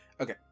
okay